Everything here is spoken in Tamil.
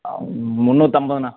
முன்னூற்றம்பதுண்ணா